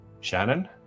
Shannon